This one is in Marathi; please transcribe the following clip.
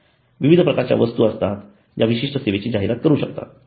विविध प्रकारच्या वस्तू असतात ज्या विशिष्ट सेवेची जाहिरात करू शकतात